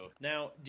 Now